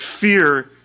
fear